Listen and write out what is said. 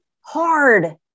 hard